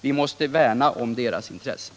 Vi måste värna om deras intressen.